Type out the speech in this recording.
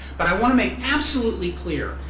but i want to make absolutely clear.